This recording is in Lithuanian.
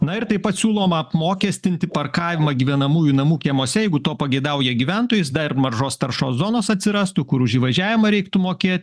na ir taip pat siūloma apmokestinti parkavimą gyvenamųjų namų kiemuose jeigu to pageidauja gyventojais dar ir maržos taršos zonos atsirastų kur už įvažiavimą reiktų mokėt